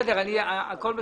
הכול בסדר.